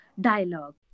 dialogue